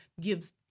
gives